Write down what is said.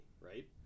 right